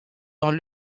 dans